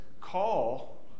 call